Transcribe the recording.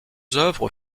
œuvres